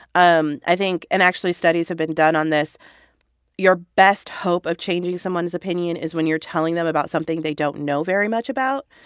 um i think and actually studies have been done on this your best hope of changing someone's opinion is when you're telling them about something they don't know very much about.